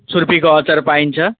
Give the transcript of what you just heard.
छुर्पीको अचार पाइन्छ